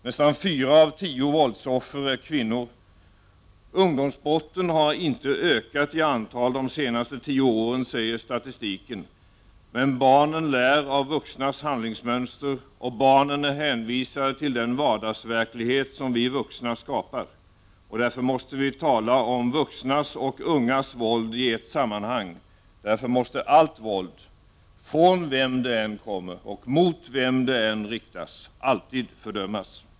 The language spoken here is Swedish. Nästan fyra av tio våldsoffer är kvinnor. Ungdomsbrotten har enligt statistiken inte ökat i antal under de senaste tio åren. Men barnen lär av vuxnas handlingsmönster, och barnen är hänvisade till den vardagsverklighet som vi vuxna skapar. Därför måste vi tala om vuxnas och ungas våld i ett sammanhang. Därför måste allt våld, från vem det än kommer och mot vem det än riktas, alltid fördömas.